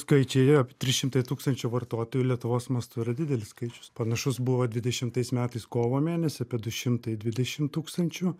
skaičiai apie trys šimtai tūkstančių vartotojų lietuvos mastu yra didelis skaičius panašus buvo dvidešimtais metais kovo mėnesį apie du šimtai dvidešim tūkstančių